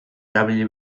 erabili